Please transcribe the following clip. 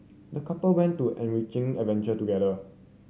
the couple went to an enriching adventure together